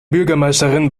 bürgermeisterin